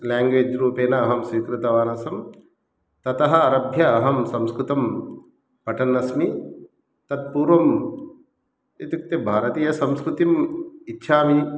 language रूपेण अहं स्वीकृतवानासं ततः आरभ्य अहं संस्कृतं पठन्नस्मि तत्पूर्वम् इत्युक्ते भारतीयसंस्कृतिम् इच्छामि